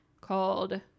called